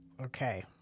Okay